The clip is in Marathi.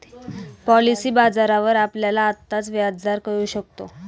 पॉलिसी बाजारावर आपल्याला आत्ताचा व्याजदर कळू शकतो